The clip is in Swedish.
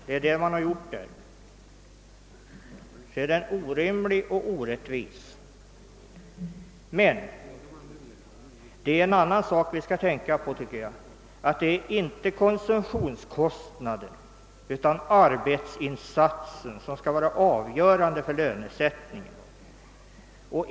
Men det är en annan sak som vi bör tänka på enligt min mening, och det är att det inte är konsumtionskostnaderna utan arbetsinsatsen som bör vara avgörande för lönesättningen.